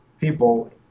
people